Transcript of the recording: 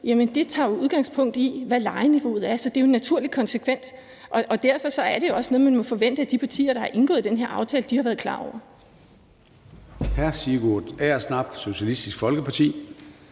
tager udgangspunkt i, hvad lejeniveauet er. Så det er jo en naturlig konsekvens af det. Og derfor er det jo også noget, man må forvente at de partier, der har indgået den her aftale, har været klar over.